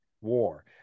war